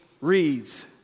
reads